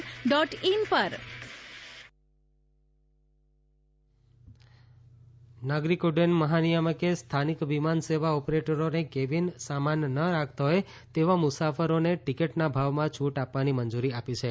DGCA concession નાગરિક ઉડ્ડયન મહાનીયામકે સ્થાનિક વિમાનસેવા ઓપરેટરોને કેબીન સામાન ન રાખતા હોય તેવા મુસાફરોને ટિકિટના ભાવમાં છૂટ આપવાની મંજૂરી આપી છે